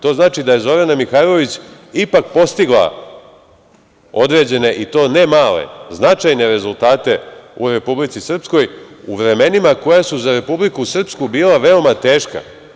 To znači da je Zorana Mihajlović ipak postigla određene, i to ne male, značajne rezultate u Republici Srpskoj, u vremenima koja su za Republiku Srpsku bila veoma teška.